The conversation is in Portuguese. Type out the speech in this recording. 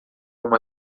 uma